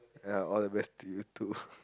ya all the best to you too